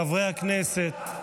חברי הכנסת.